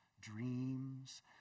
dreams